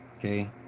Okay